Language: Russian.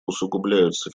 усугубляются